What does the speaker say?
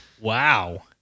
Wow